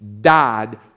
died